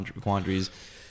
quandaries